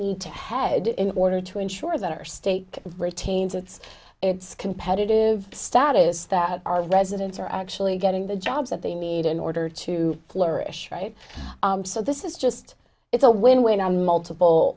need to head in order to ensure that our state retains its its competitive status that our residents are actually getting the jobs that they need in order to flourish right so this is just it's a win win on multiple